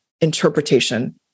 interpretation